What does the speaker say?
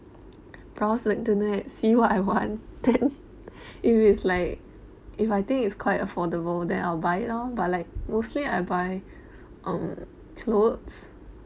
browse the internet see what I want then if it's like if I think it's quite affordable then I will buy it lor but like mostly I buy um towards